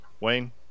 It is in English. Wayne